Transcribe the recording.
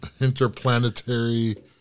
interplanetary